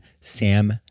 Sam